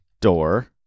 door